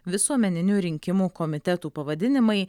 visuomeninių rinkimų komitetų pavadinimai